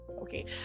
okay